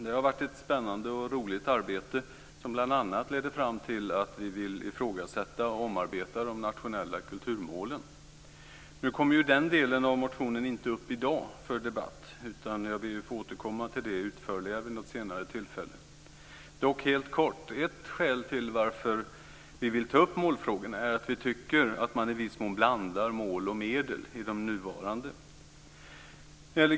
Det har varit ett spännande och roligt arbete, som bl.a. ledde fram till att vi vill ifrågasätta och omarbeta de nationella kulturmålen. Nu kommer denna del av motionen inte upp till debatt i dag, så jag ber att få återkomma lite utförligare vid ett senare tillfälle. Dock helt kort: Ett skäl till att vi vill ta upp målfrågorna är att vi tycker att man i viss mån blandar mål och medel i de nuvarande.